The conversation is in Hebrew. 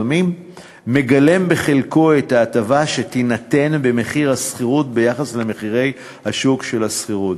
מגלם בחלקו את ההטבה שתינתן במחיר השכירות ביחס למחירי השוק של השכירות.